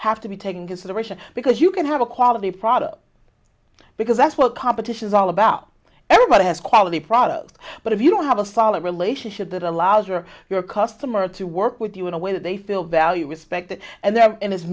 have to be taken consideration because you can have a quality product because that's what competition's all about everybody has a quality product but if you don't have a solid relationship that allows you or your customer to work with you in a way that they feel valued respected and their a